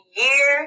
year